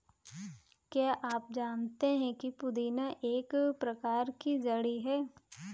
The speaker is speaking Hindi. क्या आप जानते है पुदीना एक प्रकार की जड़ी है